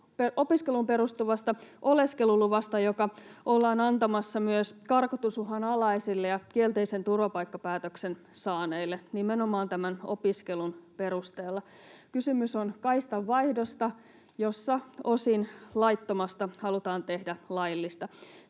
opiskeluun perustuvasta oleskeluluvasta, joka ollaan antamassa myös karkotusuhan alaisille ja kielteisen turvapaikkapäätöksen saaneille nimenomaan tämän opiskelun perusteella. Kysymys on kaistanvaihdosta, jossa osin laittomasta halutaan tehdä laillista.